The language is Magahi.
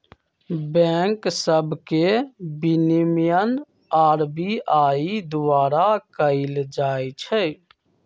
बैंक सभ के विनियमन आर.बी.आई द्वारा कएल जाइ छइ